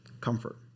comfort